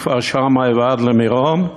מכפר-שמאי ועד למירון,